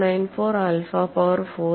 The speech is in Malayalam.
494 ആൽഫ പവർ 4